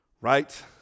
Right